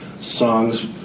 Songs